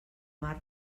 mar